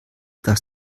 dass